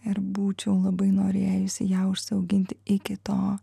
ir būčiau labai norėjusi ją užsiauginti iki to